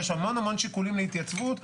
יש המון המון שיקולים להתייצבות,